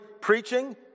preaching